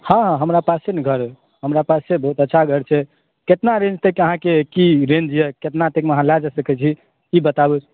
हॅं हमरा पास छै ने घर हमरा पास छै बहुत अच्छा घर छै केतना रेंज तक अहाँ के की रेंज यऽ केतना तक मे अहाँ लय जाय सकै छी ई बताबू